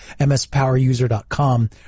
mspoweruser.com